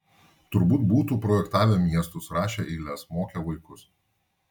turbūt būtų projektavę miestus rašę eiles mokę vaikus